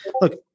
look